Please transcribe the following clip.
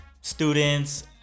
students